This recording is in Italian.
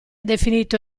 definito